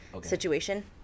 situation